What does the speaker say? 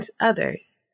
others